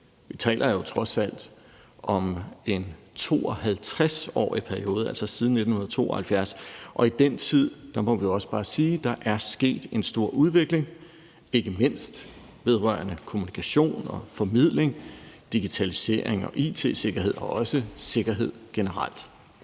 Vi taler jo trods alt om en 52-årig periode, altså siden 1972, og i den tid må vi også bare sige, at der er sket en stor udvikling, ikke mindst vedrørende kommunikation og formidling, digitalisering og it-sikkerhed og også sikkerhed generelt.